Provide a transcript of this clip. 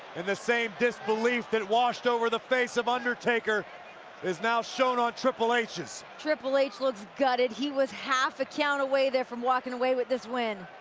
and the same disbelief that washed over the face of undertaker is now shown on triple h's. triple h looks gutted, he was half a count away there from walking away with this win.